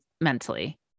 mentally